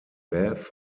bath